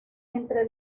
entre